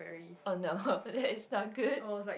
oh no that is not good